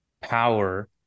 power